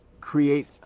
create